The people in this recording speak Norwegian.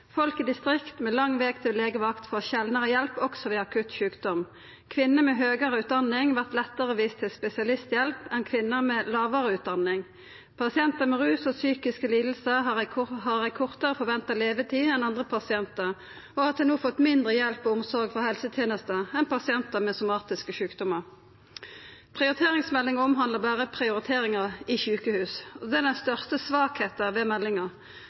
Folk i distrikta med lang veg til legevakt får sjeldnare hjelp òg ved akutt sjukdom. Kvinner med høgare utdanning vert lettare viste til spesialisthjelp enn kvinner med lågare utdanning. Pasientar med ruslidingar og psykiske lidingar har ei kortare forventa levetid enn andre pasientar og har til no fått mindre hjelp og omsorg frå helsetenesta enn pasientar med somatiske sjukdomar. Prioriteringsmeldinga omhandlar berre prioriteringar i sjukehus. Det er den største svakheita ved meldinga.